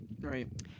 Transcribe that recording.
Right